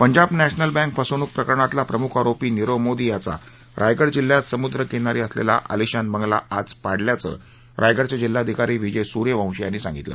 Punjab National Bank फसवणूक प्रकरणातला प्रमुख आरोपी नीरव मोदी याचा रायगड जिल्ह्यात समुद्रकिनारी असलेला आलिशान बगला आज पाडल्याचे रायगडचे जिल्हाधिकारी विजय सूर्यवशी यांनी सांगितल